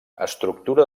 estructura